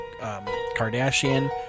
Kardashian